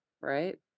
Right